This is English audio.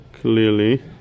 clearly